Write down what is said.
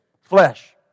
Flesh